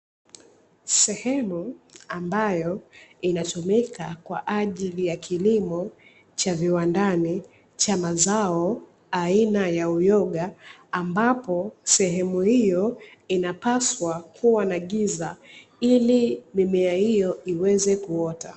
Sehemu ambayo inatumika kwa ajili ya kilimo cha viwandani cha mazao aina ya uyoga, ambapo sehemu hiyo inapaswa kuwa na giza ili mimea hiyo iweze kuota.